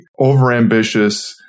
overambitious